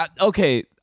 Okay